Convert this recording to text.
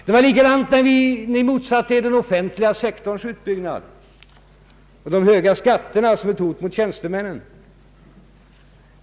Det var likadant när ni motsatte er den offentliga sektorns utbyggnad och de höga skatterna som ett hot mot tjänstemännen.